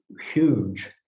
huge